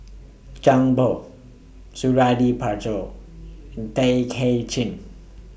Zhang Bohe Suradi Parjo Tay Kay Chin